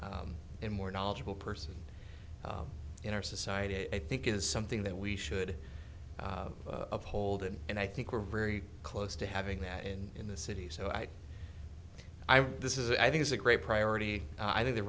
and more knowledgeable person in our society i think is something that we should uphold and i think we're very close to having that in in the city so i this is i think it's a great priority i think the